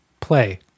Play